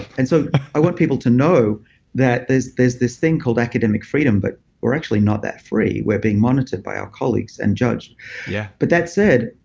and so i want people to know that there's there's this thing called academic freedom but we're actually not that free. we're being monitored by our colleagues and judged yeah but that said,